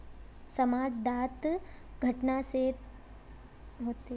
समाज डात घटना होते ते सबसे पहले का करवा होबे?